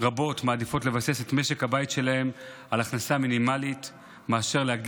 רבות מעדיפות לבסס את משק הבית שלהן על הכנסה מינימלית מאשר להגדיל